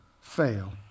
fail